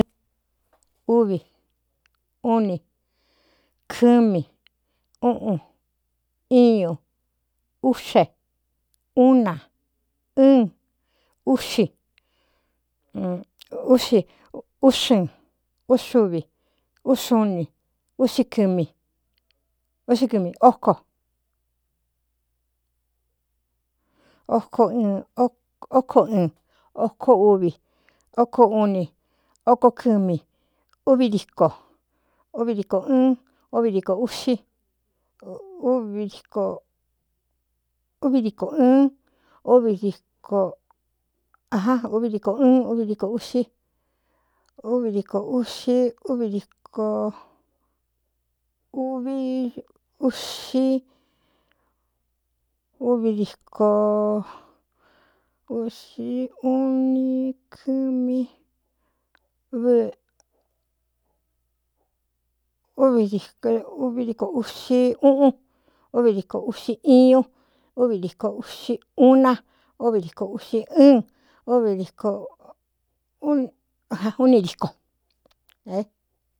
Uvi uni kɨmí uꞌun ñu úꞌxe uu na uxiúxɨn úxuvúunɨsɨ oko óco ɨn ókó uvi oun kɨmi ví dikovdikɨɨn v díkíuvi dikōɨɨn da uvi diko ɨɨn úví diko usí úvdikusiuvi uíunkɨmívdiuvi diko usi uꞌun ú vidiko uꞌsi iñu úvi díko usi uun na ó vidiko usi ɨn va u ni idiko ne.